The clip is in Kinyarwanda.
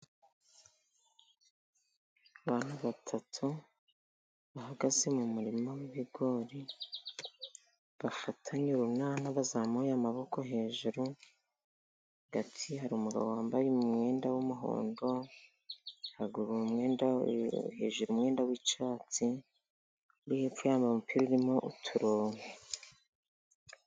Abantu batatu bahagaze mu murima w'ibigori, bafatanye urunana bazamuye amaboko hejuru, hagati hari umugabo wambaye umwenda w'umuhondo, haruguru ,hejuru umwenda w'icyatsi, uwo hepfo yambaye umupira irimo uturongo.